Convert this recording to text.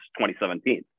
2017